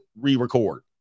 re-record